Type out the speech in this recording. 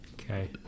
okay